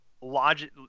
logic